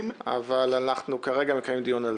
אנחנו כרגע מקיימים דיון על זה.